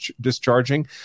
discharging